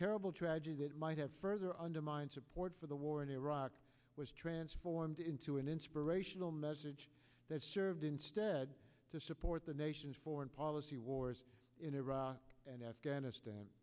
terrible tragedy that might have further undermine support for the war in iraq was transformed into an inspirational message that served instead to support the nation's foreign policy wars in iraq and afghanistan